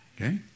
Okay